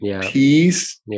peace